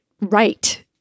right